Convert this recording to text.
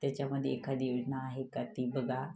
त्याच्यामध्ये एखादी योजना आहे का ती बघा